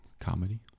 Comedy